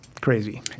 Crazy